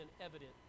evident